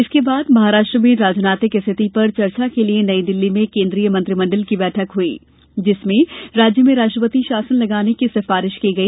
इसके बाद महाराष्ट्र में राजनीतिक स्थिति पर चर्चा के लिए नई दिल्ली में केंद्रीय मंत्रिमंडल की बैठक हई जिसमें राज्य में राष्ट्रपति शासन लगाने की सिफारिश की गई